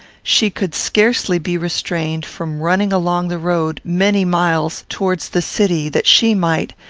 she could scarcely be restrained from running along the road, many miles, towards the city that she might,